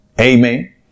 Amen